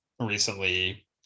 recently